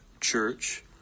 church